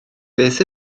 beth